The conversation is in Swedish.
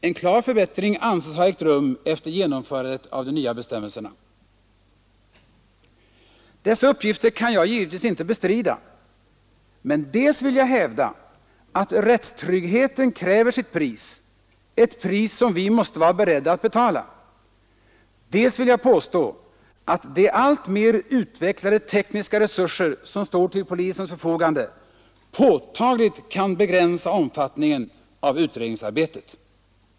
En klar förbättring anses ha inträtt efter genomförandet av de nya bestämmelserna. Dessa uppgifter kan jag givetvis inte bestrida, men dels vill jag hävda att rättstryggheten kräver sitt pris, ett pris som vi måste vara beredda att betala, dels vill jag påstå att de alltmer utvecklade tekniska resurser som står till polisens förfogande påtagligt kan begränsa omfattningen av utredningsarbetet.